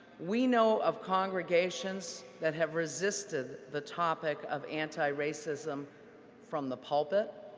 we know of congregations that have resisted the topic of anti-racism from the pulpit